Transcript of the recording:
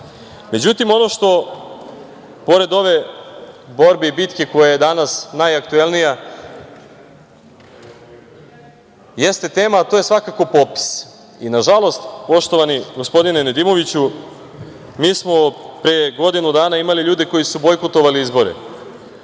ono što, pored ove borbe i bitke koja je danas najaktuelnija, jeste tema, a to je svakako popis i, nažalost, poštovani gospodine Nedimoviću, mi smo pre godinu dana imali ljude koji su bojkotovali izbore,